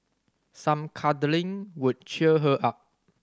some cuddling would cheer her up